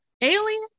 alien